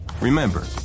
Remember